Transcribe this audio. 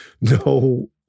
no